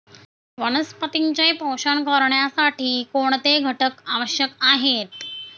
वनस्पतींचे पोषण करण्यासाठी कोणते घटक आवश्यक आहेत?